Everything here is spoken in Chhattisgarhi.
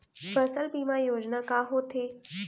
फसल बीमा योजना का होथे?